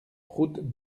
route